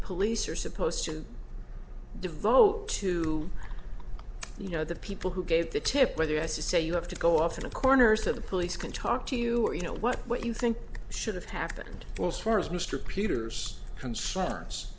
police are supposed to devote to you know the people who gave the tip whether as you say you have to go off in the corners of the police can talk to you or you know what what you think should have happened well as far as mr peters concerns